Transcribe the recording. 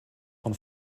von